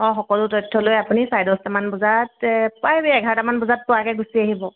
অ সকলো তথ্য লৈ আপুনি চাৰে দহটামান বজাত প্ৰায় এঘাৰটামান বজাত পোৱাকৈ গুচি আহিব